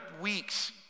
weeks